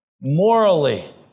morally